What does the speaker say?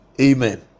Amen